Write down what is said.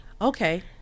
Okay